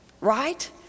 right